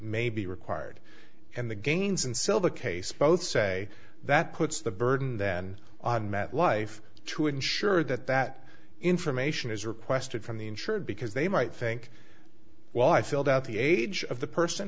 may be required and the gains in silver case both say that puts the burden then on met life to ensure that that information is requested from the insured because they might think well i filled out the age of the person